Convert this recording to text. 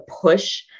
push